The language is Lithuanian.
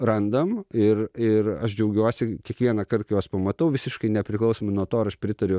randam ir ir aš džiaugiuosi kiekvienąkart kai juos pamatau visiškai nepriklausomai nuo to ar aš pritariu